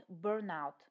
burnout